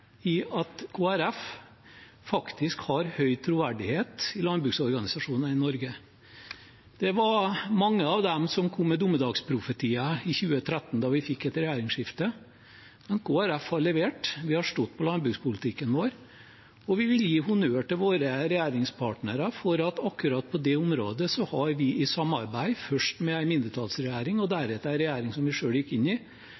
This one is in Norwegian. i at Kristelig Folkeparti faktisk har høy troverdighet i landbruksorganisasjonene i Norge. Det var mange av dem som kom med dommedagsprofetier i 2013 da vi fikk et regjeringsskifte, men Kristelig Folkeparti har levert. Vi har stått på landbrukspolitikken vår. Og vi vil gi honnør til våre regjeringspartnere, for på akkurat det området har vi i samarbeid med først en mindretallsregjering og